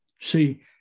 see